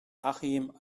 achim